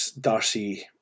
Darcy